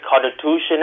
Constitution